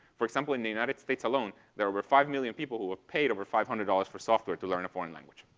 for example, in the united states alone there are over five million people who have paid over five hundred dollars for software to learn a foreign language.